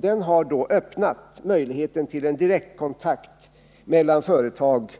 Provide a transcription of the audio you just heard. Den har öppnat möjligheter till en direktkontakt mellan företag